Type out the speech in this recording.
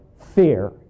fear